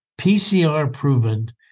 PCR-proven